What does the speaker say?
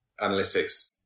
analytics